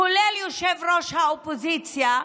כולל יושב-ראש האופוזיציה,